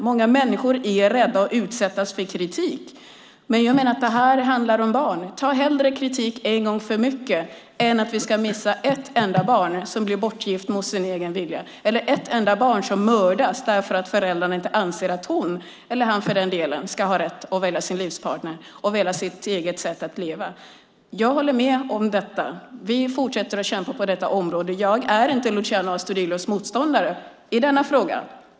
Många människor är rädda för att utsättas för kritik, men jag menar att det här handlar om barn. Hellre kritik en gång för mycket än att vi missar ett enda barn som blir bortgift mot sin egen vilja, eller ett enda barn som mördas därför att föräldrarna inte anser att hon, eller han för den delen, ska ha rätt att välja sin livspartner och sitt eget sätt att leva. Jag håller med om detta. Vi fortsätter att kämpa på detta område. Och jag är inte Luciano Astudillos motståndare i denna fråga.